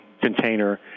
container